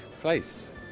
place